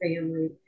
family